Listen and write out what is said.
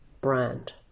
brand